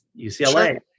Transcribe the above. UCLA